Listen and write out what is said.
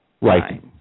Right